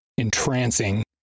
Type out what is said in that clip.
Entrancing